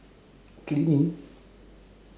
cleaning